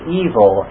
evil